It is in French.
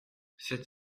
sept